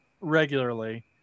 regularly